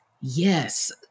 Yes